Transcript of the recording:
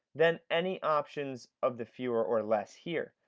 then any options of the fewer or less here.